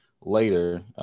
later